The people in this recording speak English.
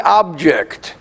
object